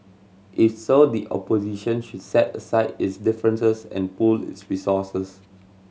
if so the opposition should set aside its differences and pool its resources